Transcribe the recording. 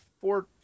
four